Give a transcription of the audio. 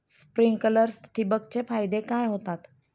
Sprinklers ठिबक चे फायदे काय होतात?